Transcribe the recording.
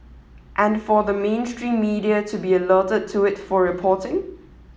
and for the mainstream media to be alerted to it for reporting